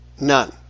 None